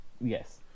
Yes